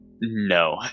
No